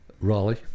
Raleigh